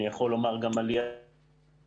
אנחנו מדברים היום על עלייה של